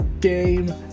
game